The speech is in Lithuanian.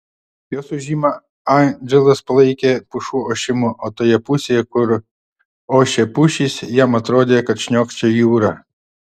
jos ūžimą andželas palaikė pušų ošimu o toje pusėje kur ošė pušys jam atrodė kad šniokščia jūra